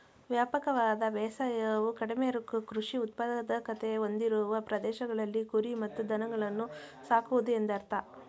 ವ್ಯಾಪಕವಾದ ಬೇಸಾಯವು ಕಡಿಮೆ ಕೃಷಿ ಉತ್ಪಾದಕತೆ ಹೊಂದಿರುವ ಪ್ರದೇಶಗಳಲ್ಲಿ ಕುರಿ ಮತ್ತು ದನಗಳನ್ನು ಸಾಕುವುದು ಎಂದರ್ಥ